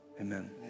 amen